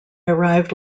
arrived